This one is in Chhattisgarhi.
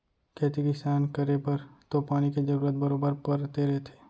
खेती किसान करे बर तो पानी के जरूरत बरोबर परते रथे